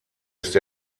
ist